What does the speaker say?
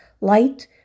light